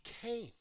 came